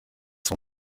son